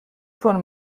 von